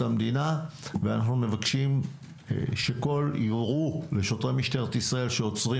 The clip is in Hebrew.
המדינה ואנו מבקשים שיורו לשוטרי משטרת ישראל שעוצרים